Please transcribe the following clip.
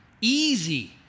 Easy